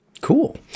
Cool